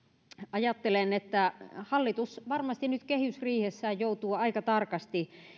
ajattelen että hallitus varmasti nyt kehysriihessään joutuu aika tarkasti